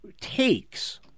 takes